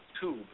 tube